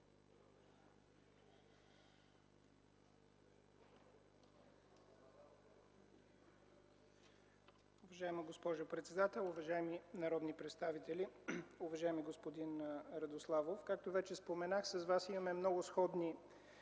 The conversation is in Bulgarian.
Уважаема госпожо председател, уважаеми народни представители, уважаеми господин Радославов! Както вече споменах, с Вас имаме много сходни